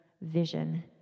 vision